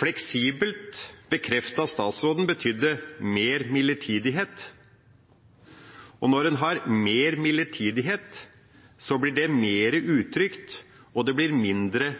Fleksibelt, bekreftet statsråden, betyr mer midlertidighet. Men når en har mer midlertidighet, blir det mer utrygt, og det blir